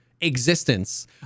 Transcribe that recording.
existence